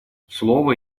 слово